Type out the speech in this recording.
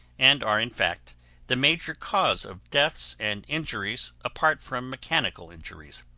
and are in fact the major cause of deaths and injuries apart from mechanical injuries.